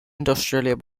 industrially